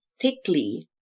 thickly